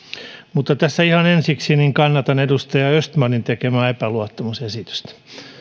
mutta tässä ihan ensiksi kannatan edustaja östmanin tekemää epäluottamusesitystä